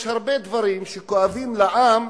יש הרבה דברים שכואבים לעם